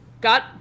got